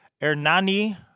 ernani